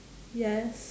yes